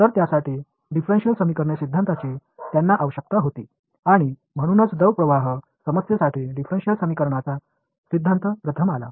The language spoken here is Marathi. तर त्यासाठी डिफरेन्शिएल समीकरणे सिद्धांताची त्यांना आवश्यकता होती आणि म्हणूनच द्रव प्रवाह समस्येसाठी डिफरेन्शिएल समीकरणांचा सिद्धांत प्रथम आला